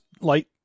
light